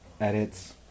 Edits